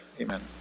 Amen